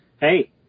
hey